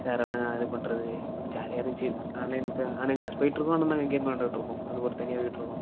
சேரை எல்லாம் இது பண்றது ஜாலியாக இருந்துச்சு ஆன்லைன் ப ஆன்லைன் கிளாஸ் போயிட்டுருக்கும் ஆனால் நாங்கள் கேம் விளையாண்ட்டு இருப்போம் அது ஒரு தனியாக போயிட்டுருக்கும்